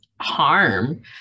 harm